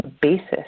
basis